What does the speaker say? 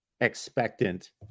expectant